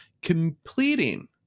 completing